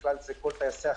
בכלל זה כל טייסי החברה.